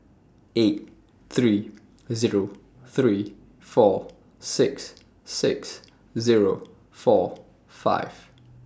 eight three Zero three four six six Zero four five